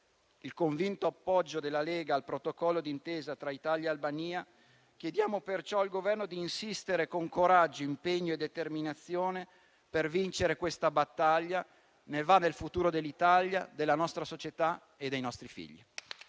il convinto appoggio della Lega al Protocollo d'intesa tra Italia e Albania, chiediamo al Governo di insistere con coraggio, impegno e determinazione per vincere questa battaglia. Ne va del futuro dell'Italia, della nostra società e dei nostri figli.